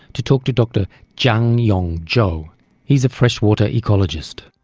to talk to dr zhang yong-zhou. he's a freshwater ecologist.